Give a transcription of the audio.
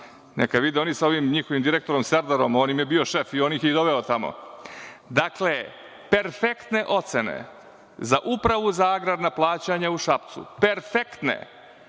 neka vide oni sa ovim njihovim direktorom Serdarom, on im je bio šef i on ih je doveo tamo. Dakle, perfektne ocene za Upravu za agrarna plaćanja u Šapcu. Perfektne.